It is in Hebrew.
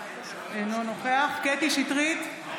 אינו נוכח קטי קטרין שטרית,